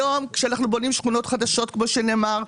היום כאשר אנחנו בונים שכונות חדשות, כמו שנאמר,